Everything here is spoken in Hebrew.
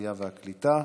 העלייה והקליטה.